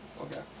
Okay